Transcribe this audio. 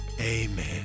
amen